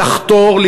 לחתור,